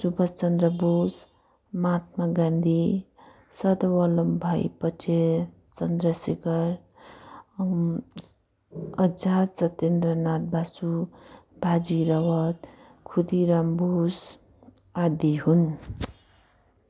सुभाष चन्द्र बोस महात्मा गान्धी सरदार वल्लभभाइ पटेल चन्द्रशेखर आजाद सत्येन्द्रनाथ बासु बाजी रावत खुदिराम बोस आदि हुन्